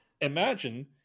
imagine